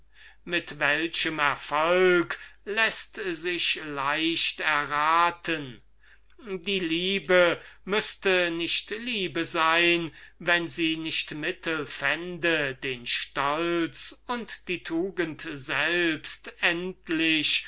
mit welchem erfolg läßt sich leicht erraten die liebe müßte nicht liebe sein wenn sie nicht mittel fände den stolz und die tugend selbst endlich